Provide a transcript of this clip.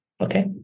okay